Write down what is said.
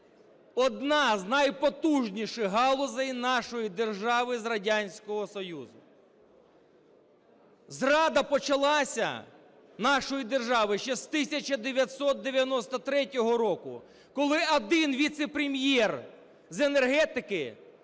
одна з найпотужніших галузей нашої держави з Радянського Союзу. Зрада почалася нашої держави ще з 1993 року, коли один віце-прем'єр з енергетики